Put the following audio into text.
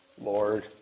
Lord